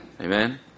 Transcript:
Amen